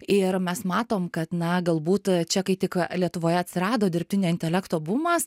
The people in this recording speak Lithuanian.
ir mes matom kad na galbūt čia kai tik lietuvoje atsirado dirbtinio intelekto bumas